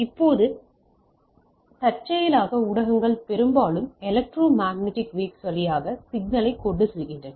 இப்போது தற்செயலாக ஊடகங்கள் பெரும்பாலும் எலக்ட்ரோ மேக்னெட்டிக் வேவ்ஸ் வழியாக சிக்னல் களைக் கொண்டு செல்கின்றன